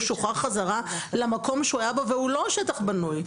שוחרר חזרה למקום שהיה בו והוא לא שטח בנוי,